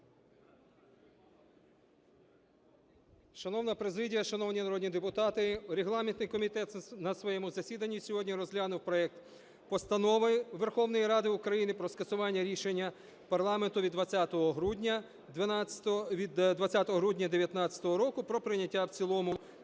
Шановна президія, шановні народні депутати, регламентний комітет на своєму засіданні сьогодні розглянув проект Постанови Верховної Ради України про скасування рішення парламенту від 20 грудня 19-го року про прийняття в цілому